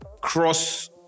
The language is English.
cross